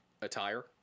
attire